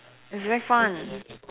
is very fun